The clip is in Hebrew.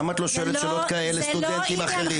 למה את לא שואלת שאלות כאלה סטודנטים אחרים?